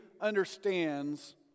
understands